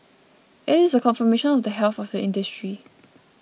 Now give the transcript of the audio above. it is a confirmation of the health of the industry